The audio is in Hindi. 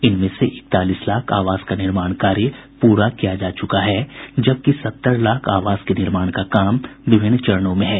इनमें से इकतालीस लाख आवास का निर्माण कार्य पूरा किया जा चुका है जबकि सत्तर लाख आवास के निर्माण का काम विभिन्न चरणों में है